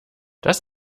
das